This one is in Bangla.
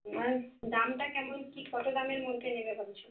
আর দামটা কেমন কি কত দামের মধ্যে নেবে ভাবছো